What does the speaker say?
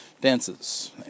dances